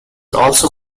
also